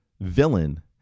Villain